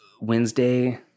Wednesday